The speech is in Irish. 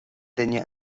duine